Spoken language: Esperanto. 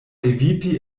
eviti